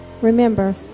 Remember